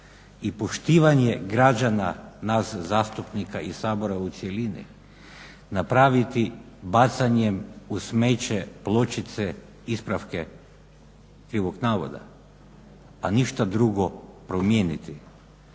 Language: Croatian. i poštivanje građana, nas zastupnika i Sabora u cjelini napraviti bacanjem u smeće pločice ispravke krivog navoda, a ništa drugo promijeniti.